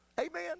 Amen